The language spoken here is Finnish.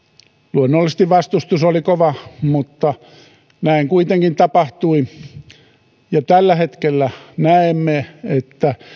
luonnollisesti vastustus oli kova mutta näin kuitenkin tapahtui ja tällä hetkellä näemme että